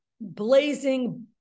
blazing